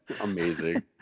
Amazing